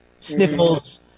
sniffles